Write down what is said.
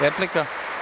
Replika.